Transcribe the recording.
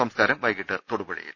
സംസ്കാരം വൈകിട്ട് തൊടുപുഴയിൽ